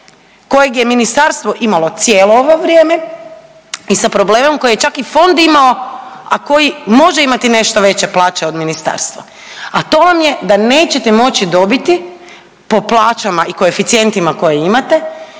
kojeg je ministarstvo imalo cijelo ovo vrijeme i sa problemom koji je čak i fond imao, a koji može imati nešto veće plaće od ministarstva, a to vam je da nećete moći dobiti po plaćama i koeficijentima koje imate